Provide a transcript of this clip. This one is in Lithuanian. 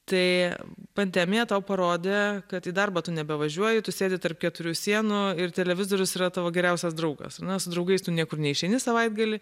tai pandemija tau parodė kad į darbą tu nebevažiuoji tu sėdi tarp keturių sienų ir televizorius yra tavo geriausias draugas na su draugais tu niekur neišeini savaitgalį